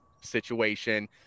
situation